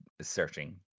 searching